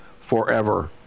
forever